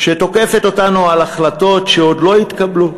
שתוקפת אותנו על החלטות שעוד לא התקבלו.